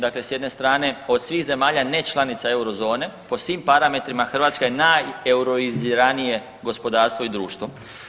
Dakle, s jedne strane od svih zemalja nečlanica euro zone, po svim parametrima Hrvatska je najeuroiziranije gospodarstvo i društvo.